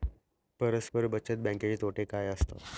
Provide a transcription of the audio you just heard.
परस्पर बचत बँकेचे तोटे काय असतात?